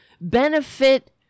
benefit